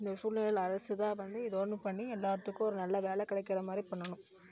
இந்த சூல்நிலையில் அரசு தான் பண்ணி ஏதோ ஒன்று பண்ணி எல்லாத்துக்கும் ஒரு நல்ல வேலை கிடைக்கற மாதிரி பண்ணணும்